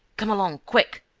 come along! quick!